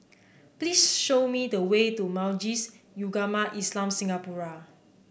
please show me the way to Majlis Ugama Islam Singapura